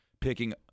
picking